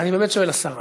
אני באמת שואל, השר.